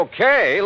Okay